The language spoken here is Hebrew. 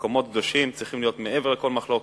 מקומות קדושים צריכים להיות מעבר לכל מחלוקת,